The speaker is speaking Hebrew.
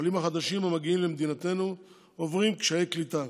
העולים החדשים המגיעים למדינתנו עוברים קשיי קליטה,